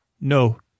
No